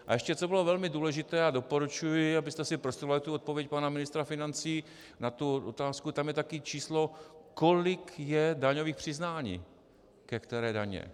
A ještě co bylo velmi důležité a doporučuji, abyste si prostudovali tu odpověď pana ministra financí na tu otázku, tam je taky číslo, kolik je daňových přiznání ke které dani.